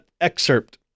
excerpt